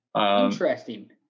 Interesting